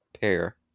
pair